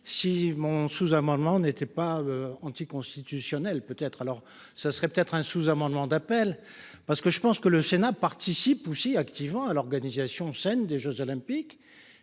si mon sous-amendement n'était pas. Anticonstitutionnel peut être alors ça serait peut-être un sous-amendement d'appel parce que je pense que le Sénat participe aussi activement à l'organisation scènes des Jeux olympiques